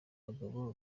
bagabo